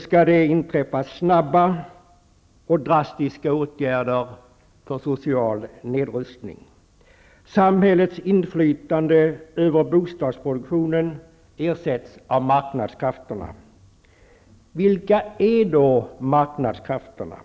skall vidtas snabba och drastiska åtgärder för social nedrustning. Samhällets inflytande över bostadsproduktionen ersätts av marknadskrafterna. Vilka är då marknadskrafterna?